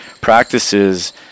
practices